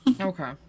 Okay